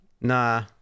nah